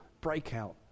breakout